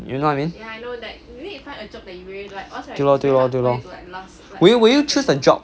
you know what I mean 对咯对咯 will you will you choose a job